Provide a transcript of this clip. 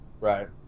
Right